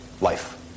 life